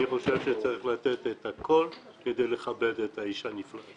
אני חושב שצריך לתת את הכול כדי לכבד את האיש הנפלא הזה.